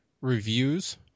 reviews